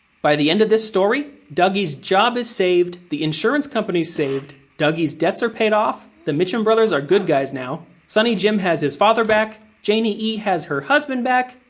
by the end of this story, dougie's job is saved, the insurance company is saved, dougie's debts are paid off, the mitchum brothers are good guys now, sonny jim has his father back, janey-e has her husband back,